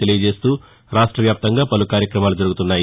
తెలియజేస్తూ రాష్ట్ర వ్యాప్తంగా పలు కార్యక్రమాలు జరుగుతున్నాయి